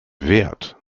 wert